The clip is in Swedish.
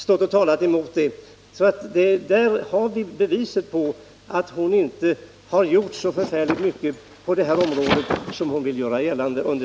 Det är beviset för att hon under sin regeringstid inte gjort så förfärligt mycket på det här området som hon vill göra gällande.